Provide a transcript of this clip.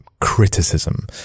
Criticism